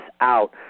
out